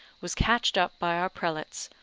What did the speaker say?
was catched up by our prelates,